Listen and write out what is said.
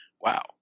Wow